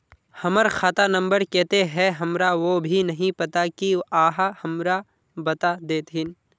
हमर खाता नम्बर केते है हमरा वो भी नहीं पता की आहाँ हमरा बता देतहिन?